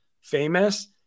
famous